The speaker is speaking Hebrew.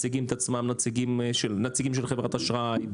מציגים את עצמם נציגים של חברת אשראי,